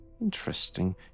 Interesting